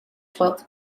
twelfth